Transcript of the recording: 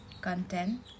content